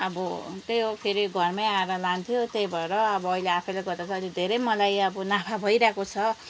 अब त्यही हो फेरि घरमै आएर लान्थ्यो त्यही भएर अब अहिले आफैले गर्दा चाहिँ अलिक धेरै मलाई अब नाफा भइरहेको छ